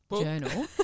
journal